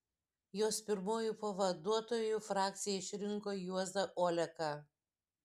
jos pirmuoju pavaduotoju frakcija išrinko juozą oleką